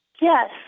yes